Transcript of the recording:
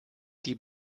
die